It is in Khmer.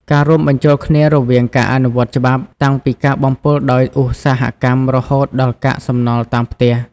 ការរួមបញ្ចូលគ្នារវាងការអនុវត្តច្បាប់ តាំងពីការបំពុលដោយឧស្សាហកម្ម រហូតដល់កាកសំណល់តាមផ្ទះ។